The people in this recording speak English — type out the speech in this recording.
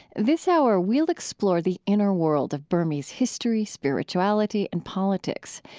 this hour, we'll explore the inner world of burmese history, spirituality, and politics,